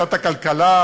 הכלכלה,